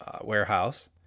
warehouse